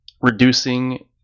reducing